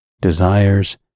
desires